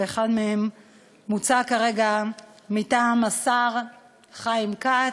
ואחד מהם מוצע כרגע מטעם השר חיים כץ,